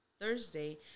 Thursday